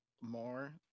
more